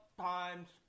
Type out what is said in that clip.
times